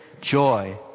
joy